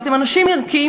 ואתם אנשים ערכיים,